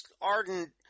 ardent